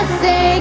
say